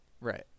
Right